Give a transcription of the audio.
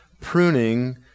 pruning